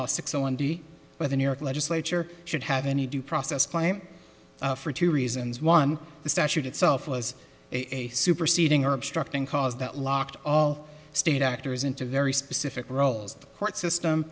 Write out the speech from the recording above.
duty by the new york legislature should have any due process claim for two reasons one the statute itself was a superseding or obstructing cause that locked all state actors into very specific roles the court system